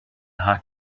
hot